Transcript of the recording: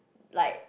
like